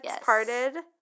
parted